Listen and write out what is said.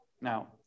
Now